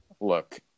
look